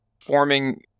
forming